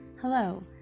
Hello